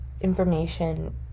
information